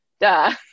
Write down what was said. duh